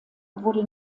wurde